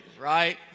right